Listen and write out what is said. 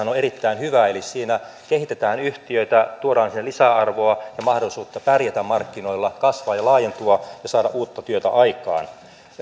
on on erittäin hyvä eli siinä kehitetään yhtiötä tuodaan sille lisäarvoa ja mahdollisuutta pärjätä markkinoilla kasvaa ja laajentua ja saada uutta työtä aikaan